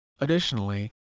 Additionally